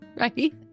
right